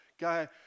guy